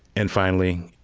and finally,